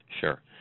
Sure